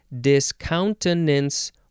Discountenance